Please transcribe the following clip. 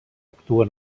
actua